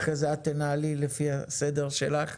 ואחר זה את תנהלי לפי הסדר שלך.